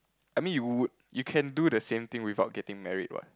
I mean you would you can do the same thing without getting married what